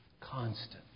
Constant